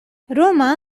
روما